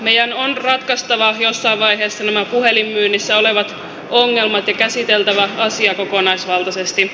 meidän on ratkaistava jossain vaiheessa nämä puhelinmyynnissä olevat ongelmat ja käsiteltävä asia kokonaisvaltaisesti